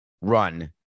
run